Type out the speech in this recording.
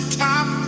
top